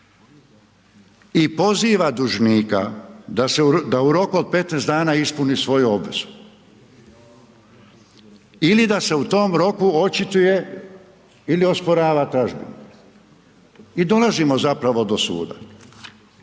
i poziva dužnika da u roku od 15 dana ispuni svoju obvezu ili da se u tom roku očituje ili osporava tražbinu i dolazimo zapravo do suda.